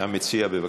המציע, בבקשה.